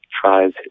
tries